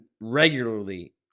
regularly